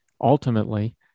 Ultimately